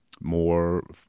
more